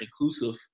inclusive